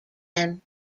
them